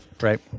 right